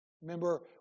Remember